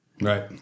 Right